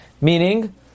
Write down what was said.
Meaning